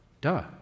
Duh